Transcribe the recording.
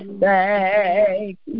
thank